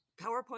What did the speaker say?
PowerPoint